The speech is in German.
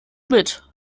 mit